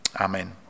Amen